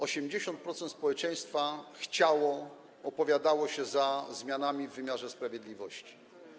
80% społeczeństwa chciało zmian, opowiadało się za zmianami w wymiarze sprawiedliwości.